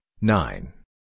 nine